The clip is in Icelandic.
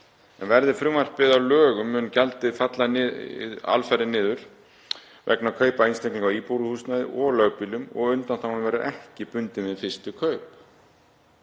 Verði frumvarpið að lögum mun gjaldið falla alfarið niður vegna kaupa einstaklinga á íbúðarhúsnæði og lögbýlum og undanþágan verður ekki bundin við fyrstu kaup.